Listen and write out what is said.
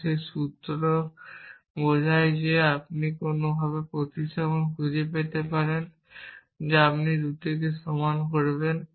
এবং একটি সূত্র আলফা বোঝায় বিটা যদি আপনি কোনোভাবে প্রতিস্থাপন খুঁজে পেতে পারেন যা এই দুটিকে সমান করবে